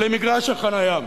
למגרש החנייה.